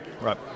Right